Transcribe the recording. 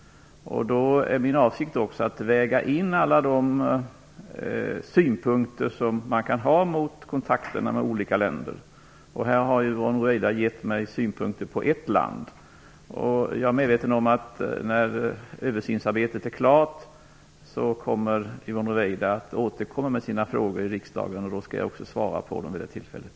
Det är också min avsikt att väga in alla de synpunkter som kan finnas mot kontakterna med olika länder. Yvonne Ruwaida har nu gett mig synpunkter på ett land. Jag är medveten om att Yvonne Ruwaida kommer att återkomma med sina frågor här i riksdagen när översynsarbetet är klart. Då skall jag också svara på dem.